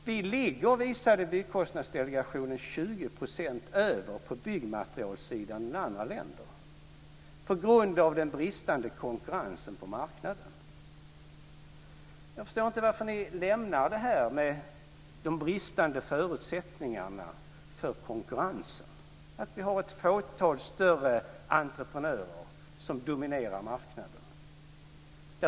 Vi ligger, visade Byggkostnadsdelegationen, 20 % över andra länder på byggmaterielsidan på grund av den bristande konkurrensen på marknaden. Jag förstår inte varför ni lämnar frågan om de bristande förutsättningarna för konkurrensen, att vi har ett fåtal större entreprenörer som dominerar marknaden.